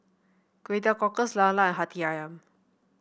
Kway Teow Cockles lala and hati ayam